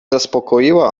zaspokoiła